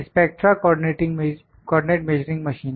spectra coordinate measuring machine